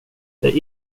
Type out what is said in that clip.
jag